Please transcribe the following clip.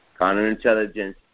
Counterintelligence